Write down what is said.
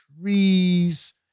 trees